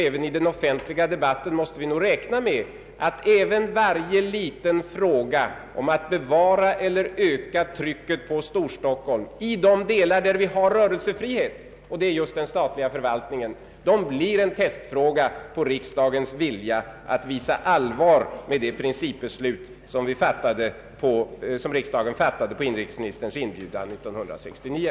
även i den offentliga debatten måste vi räkna med att varje liten fråga om att bevara eller öka trycket på Storstockholm i de delar, där vi har rörelsefrihet — och det är just den statliga förvaltningen — utgör ett test på riksdagens vilja att visa allvaret i de principbeslut som riksdagen på inrikesministerns inbjudan fattade 1969.